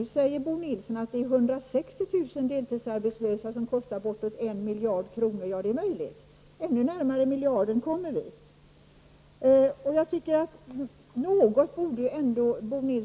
Nu säger Bo Nilsson att det är 160 000 deltidsarbetslösa som kostar bortåt en miljard kronor. Det är möjligt. Ännu närmare miljoner kommer vi. Jag tycker att Bo Nilsson ändå